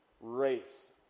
race